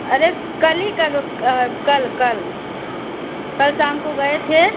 अरे कल ही करो कल कल कल शाम को गये थे